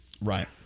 Right